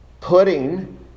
putting